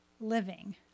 living